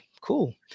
cool